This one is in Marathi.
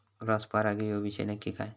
क्रॉस परागी ह्यो विषय नक्की काय?